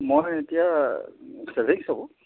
মই এতিয়া ছেভিংছ হ'ব